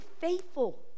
faithful